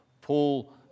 Paul